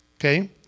Okay